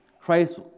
Christ